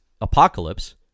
Apocalypse